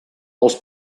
els